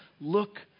Look